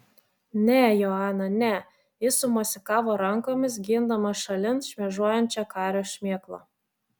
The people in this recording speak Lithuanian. ne joana ne jis sumosikavo rankomis gindamas šalin šmėžuojančią kario šmėklą